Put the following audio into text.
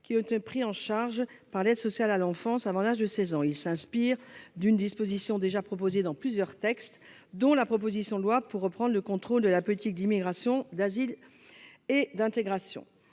qui ont été pris en charge par l’aide sociale à l’enfance avant l’âge de 16 ans. Il s’inspire d’une disposition déjà proposée dans plusieurs textes, dont la proposition de loi pour reprendre le contrôle de la politique d’immigration, d’intégration